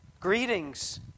Greetings